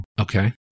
Okay